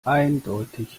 eindeutig